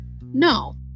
no